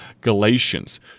Galatians